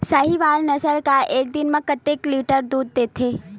साहीवल नस्ल गाय एक दिन म कतेक लीटर दूध देथे?